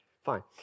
fine